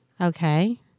Okay